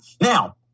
Now